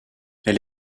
elle